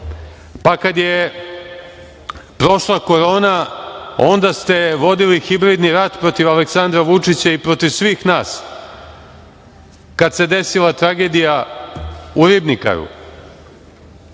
pa kada je prošla Korona, onda ste vodili hibridni rad protiv Aleksandra Vučića i protiv svih nas, kada se desila tragedija u „Ribnikaru“,